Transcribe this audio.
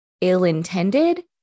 ill-intended